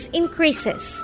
increases